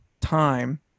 time